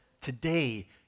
today